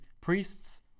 priests